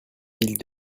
ville